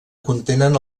contenen